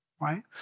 right